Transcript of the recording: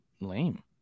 lame